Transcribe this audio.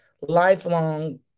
lifelong